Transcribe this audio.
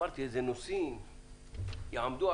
חשבתי אילו נושאים יעמדו.